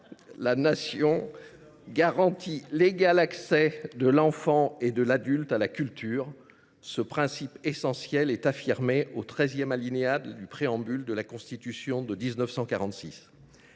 La Nation garantit l’égal accès de l’enfant et de l’adulte […] à la culture. » Ce principe essentiel est affirmé au treizième alinéa du préambule de la Constitution de 1946.